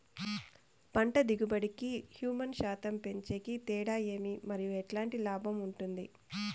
పంట దిగుబడి కి, హ్యూమస్ శాతం పెంచేకి తేడా ఏమి? మరియు ఎట్లాంటి లాభం ఉంటుంది?